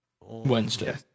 Wednesday